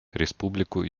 республику